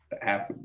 half